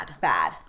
Bad